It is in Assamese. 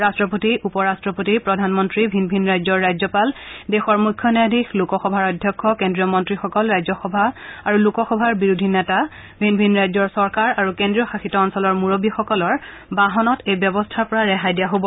ৰাট্টপতি উপৰাট্টপতি প্ৰধানমন্ত্ৰী ভিন ভিন ৰাজ্যৰ ৰাজ্যপাল দেশৰ মুখ্য ন্যায়াধীশ লোকসভাৰ অধ্যক্ষ কেন্দ্ৰীয় মন্ত্ৰীসকল ৰাজ্যসভা আৰু লোকসভাৰ বিৰোধী নেতা ভিন ভিন ৰাজ্য চৰকাৰ আৰু কেন্দ্ৰীয় শাসিত অঞ্চলৰ মুৰববীসকলৰ বাহনত এই ব্যৱস্থাৰ পৰা ৰেহাই দিয়া হব